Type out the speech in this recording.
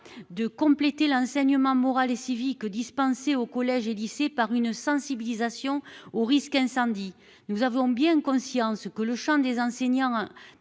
de compléter l'enseignement moral et civique dispensé au collège et lycée par une sensibilisation aux risques incendie. Nous avons bien conscience que le Champ des enseignants.